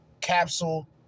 Capsule